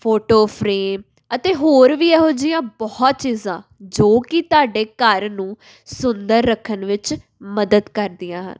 photo frame ਅਤੇ ਹੋਰ ਵੀ ਇਹੋ ਜਿਹੀਆਂ ਬਹੁਤ ਚੀਜ਼ਾਂ ਜੋ ਤਾਂ ਤੁਹਾਡੇ ਘਰ ਨੂੰ ਸੁੰਦਰ ਰੱਖਣ ਵਿੱਚ ਮਦਦ ਕਰਦੀਆਂ ਹਨ